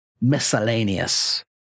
miscellaneous